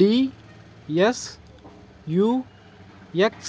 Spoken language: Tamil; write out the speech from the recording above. டிஎஸ்யூஎக்ஸ்